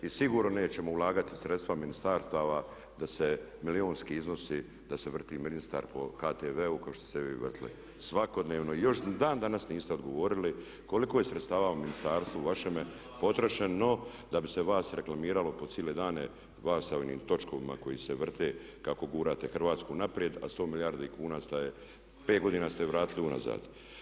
I sigurno nećemo ulagati sredstva ministarstava da se milijunski iznosi da se vrti ministar po HTV-u kao što ste vi vrtili svakodnevno i još dan danas niste odgovorili koliko je sredstava u ministarstvu vašem potrošeno da bi se vas reklamiralo po cijele dane, vas sa onim točkovima koji se vrte, kako gurate Hrvatsku naprijed a 100 milijardi kuna ste i pet godina je vratili unazad.